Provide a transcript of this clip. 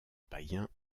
païen